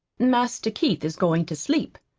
master keith is going to sleep,